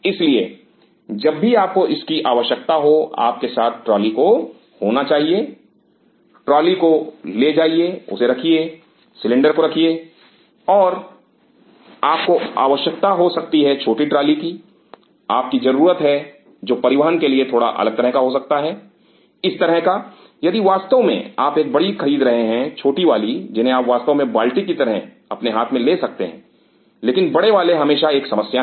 इसलिए जब भी आपको इसकी आवश्यकता हो आप के साथ ट्राली को होना चाहिए ट्राली ले जाइए उसे रखिए सिलेंडर को रखिए और आपको आवश्यकता हो सकती है छोटी ट्राली की आप की जरूरत है जो परिवहन के लिए थोड़ा अलग तरह का हो सकता है इस तरह का यदि वास्तव में आप एक बड़ी खरीद रहे हैं छोटी वाली जिन्हें आप वास्तव में बाल्टी की तरह अपने हाथ में ले सकते हैं लेकिन बड़े वाले हमेशा एक समस्या हैं